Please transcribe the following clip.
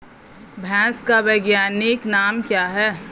भैंस का वैज्ञानिक नाम क्या है?